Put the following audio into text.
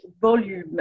volume